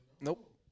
Nope